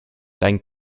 dein